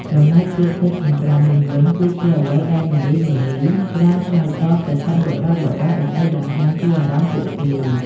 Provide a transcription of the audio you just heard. ចំណែកពាក្យពេចន៍ខាងក្រោមនេះវិញគឺជាអ្វីដែលនារីៗច្រើនឆ្លើយតបទៅកាន់បុរសៗ ដើម្បីបង្ហាញពីអារម្មណ៍ពួកគេ។